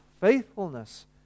faithfulness